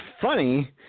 funny